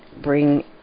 bring